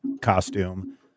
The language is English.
costume